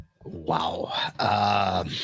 Wow